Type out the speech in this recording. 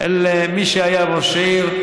מי שהיה ראש עיר,